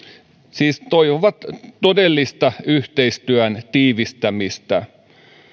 siis he toivovat todellista yhteistyön tiivistämistä